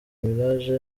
miraj